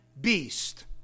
beast